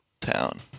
town